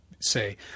say